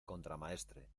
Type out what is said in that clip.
contramaestre